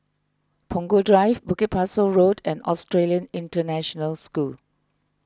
Punggol Drive Bukit Pasoh Road and Australian International School